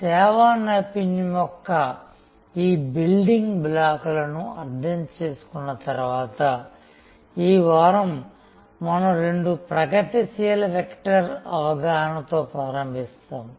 సేవా నైపుణ్యం యొక్క ఈ బిల్డింగ్ బ్లాక్లను అర్థం చేసుకున్న తరువాత ఈ వారం మనం రెండు ప్రగతిశీల వెక్టర్ల అవగాహనతో ప్రారంభిస్తాము